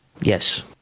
yes